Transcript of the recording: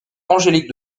angélique